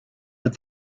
but